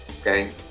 Okay